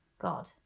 god